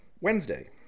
Wednesday